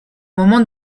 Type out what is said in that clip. moment